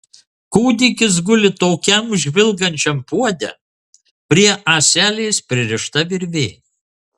kūdikis guli tokiam žvilgančiam puode prie ąselės pririšta virvė